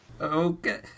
Okay